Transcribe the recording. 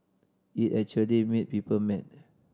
it actually made people mad